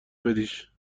بدیش